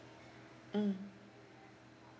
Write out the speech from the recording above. mm